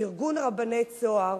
ארגון רבני "צהר",